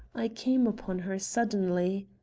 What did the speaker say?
i came upon her suddenly.